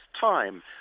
time